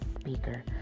Speaker